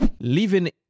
living